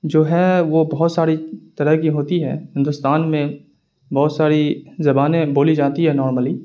جو ہے وہ بہت ساری طرح کی ہوتی ہے ہندوستان میں بہت ساری زبانیں بولی جاتی ہیں نارملی